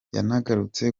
yanagarutse